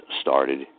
started